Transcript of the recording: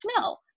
No